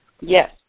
Yes